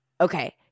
Okay